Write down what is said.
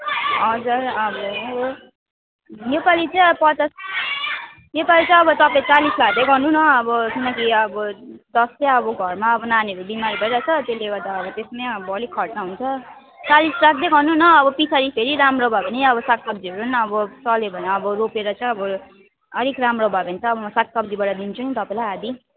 हजुर अब योपालि चाहिँ अब पचास योपालि चाहिँ अब तपाईँ चालिस लाँदै गर्नु न अब किनकि अब दस चाहिँ अब घरमा अब नानीहरू भइरहेछ त्यसले गर्दा अब त्यसमै अब अलिक खर्चा हुन्छ चालिस लाँदै गर्नु न पछाडि फेरि राम्रो भयो भने अब सब्जीहरू नि अब चल्यो भने अब रोपेर चाहिँ अब अलिक राम्रो भयो भने त म सागसब्जीबाट दिन्छु नि तपाईँलाई आधी